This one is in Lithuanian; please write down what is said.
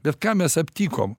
bet ką mes aptikom